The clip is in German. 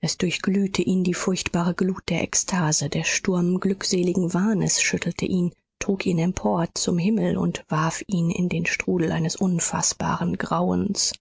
es durchglühte ihn die furchtbare glut der ekstase der sturm glückseligen wahnes schüttelte ihn trug ihn empor zum himmel und warf ihn in den strudel eines unfaßbaren grauens